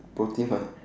produce ah